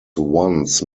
once